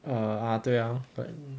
err ah 对 ah but